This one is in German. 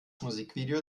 musikvideo